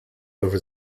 over